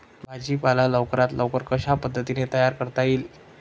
भाजी पाला लवकरात लवकर कशा पद्धतीने तयार करता येईल?